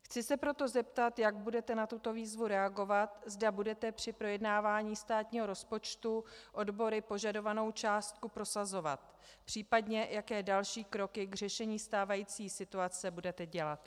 Chci se proto zeptat, jak budete na tuto výzvu reagovat, zda budete při projednávání státního rozpočtu odbory požadovanou částku prosazovat, případně jaké další kroky k řešení stávající situace budete dělat.